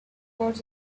toward